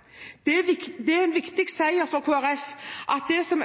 over hele landet. Det er en viktig seier for Kristelig Folkeparti at det som